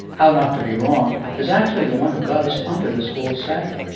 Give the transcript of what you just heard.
how not to be wrong, is actually the one who got us onto this whole saga.